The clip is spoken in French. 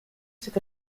cet